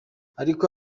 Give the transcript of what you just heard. ariko